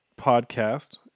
podcast